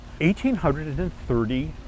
1,830